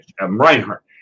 Reinhardt